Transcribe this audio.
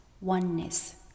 oneness